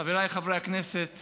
חבריי חברי הכנסת